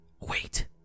Wait